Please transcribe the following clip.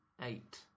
eight